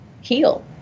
heal